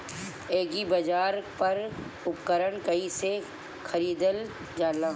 एग्रीबाजार पर उपकरण कइसे खरीदल जाला?